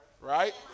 Right